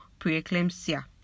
preeclampsia